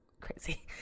crazy